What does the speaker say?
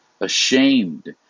ashamed